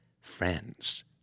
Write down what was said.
Friends